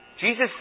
Jesus